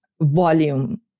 volume